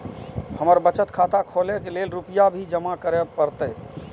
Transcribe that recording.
हमर बचत खाता खोले के लेल रूपया भी जमा करे परते?